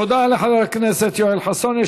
תודה לחבר הכנסת יואל חסון.